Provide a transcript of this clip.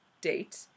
Date